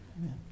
Amen